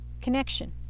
connection